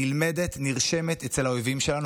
נלמדת ונרשמת אצל האויבים שלנו,